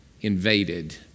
Invaded